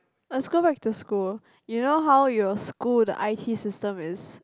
let's go back to school you know how your school the I_T system is